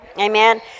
Amen